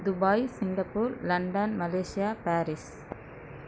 Dubai Singapore London Malaysia Paris